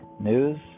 News